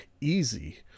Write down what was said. easy